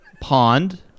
pond